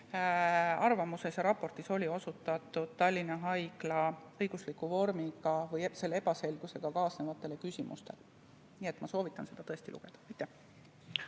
arvamuses ja raportis oli osutatud Tallinna Haigla õigusliku ebaselgusega kaasnevatele küsimustele. Nii et ma soovitan seda tõesti lugeda.